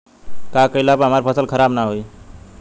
का कइला पर हमार फसल खराब ना होयी?